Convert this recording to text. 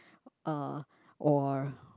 uh or